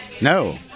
No